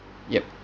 yup